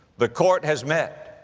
the court has met.